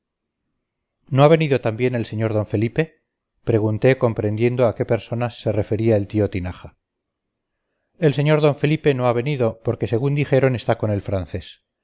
no ha venido también el sr d felipe pregunté comprendiendo a qué personas se refería el tío tinaja el sr d felipe no ha venido porque según dijeron está con el francés